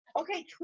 Okay